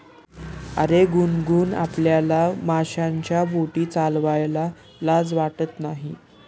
अरे गुनगुन, आपल्याला माशांच्या बोटी चालवायला लाज वाटत नाही